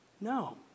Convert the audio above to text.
No